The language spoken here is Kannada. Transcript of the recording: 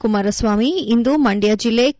ಕುಮಾರಸ್ವಾಮಿ ಇಂದು ಮಂಡ್ಯ ಜಿಲ್ಲೆ ಕೆ